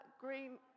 green